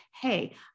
hey